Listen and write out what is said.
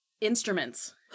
Instruments